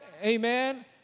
Amen